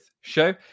Show